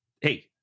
Hey